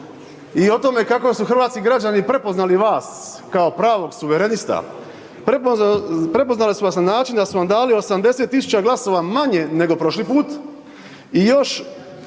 i o tome kako su hrvatski građani prepoznali vas kao pravog suverenista, prepoznali su vas na način da su vam dali 80 000 glasova manje nego prošli put i još